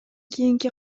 кийинки